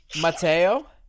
Mateo